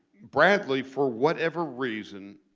bradley, for whatever reason